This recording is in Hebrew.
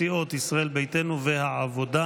להלן תוצאות ההצבעה: 48 בעד,